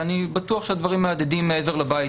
ואני בטוח שהדברים מהדהדים מעבר לבית